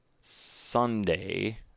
Sunday